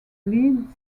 lead